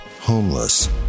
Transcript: homeless